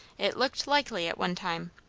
it looked likely at one time.